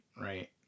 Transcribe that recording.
right